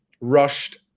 rushed